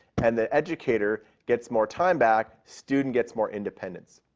and the educator gets more time back, student gets more independence.